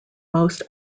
most